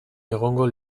egongo